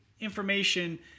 information